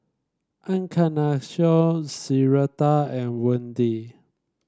Encarnacion Syreeta and Wende